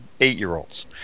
eight-year-olds